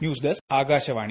news desk Akashvani